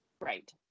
Right